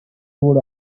could